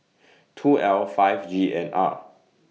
two L five G N R